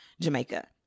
Jamaica